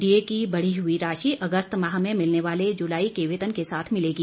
DA की बढ़ी हुई राशि अगस्त माह में मिलने वाले जुलाई के वेतन के साथ मिलेगी